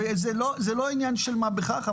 זה לא עניין של מה בכך,